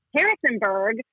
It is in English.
Harrisonburg